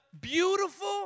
beautiful